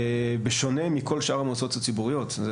בשונה מכל שאר המועצות הציבורית.